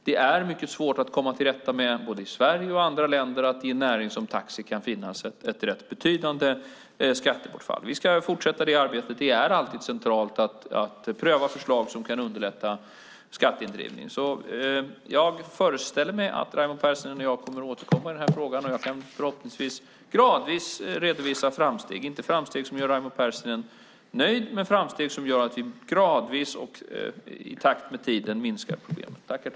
Det är mycket svårt att både i Sverige och i andra länder komma till rätta med att det i en näring som taxinäringen kan finnas ett rätt betydande skattebortfall. Vi ska fortsätta det arbetet. Det är alltid viktigt att pröva förslag som kan underlätta skatteindrivning. Jag föreställer mig att Raimo Pärssinen och jag kommer att återkomma i den här frågan. Förhoppningsvis kan jag gradvis redovisa framsteg, inte framsteg som gör Raimo Pärssinen nöjd men framsteg som gör att vi gradvis och i takt med tiden minskar problemet.